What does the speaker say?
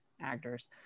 actors